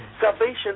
Salvation